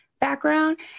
background